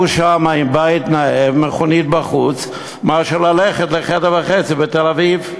שם בבית נאה עם מכונית בחוץ אלא ללכת לחדר וחצי בתל-אביב?